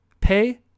pay